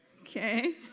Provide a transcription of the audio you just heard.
okay